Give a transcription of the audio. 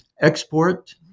export